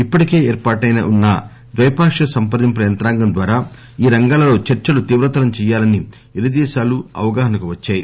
ఇప్పటికే ఏర్పాటైన ఉన్న ద్వైపాక్షిక సంప్రదింపుల యంత్రాంగం ద్వారా ఈ రంగాలలో చర్చలు తీవ్రతరం చేయాలని ణరుదేశాలు అవగాహనకు వద్పాయి